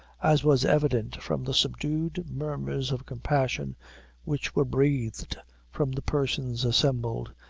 as was evident from the subdued murmurs of compassion which were breathed from the persons assembled,